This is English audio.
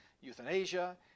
euthanasia